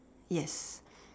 yes